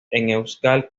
televisión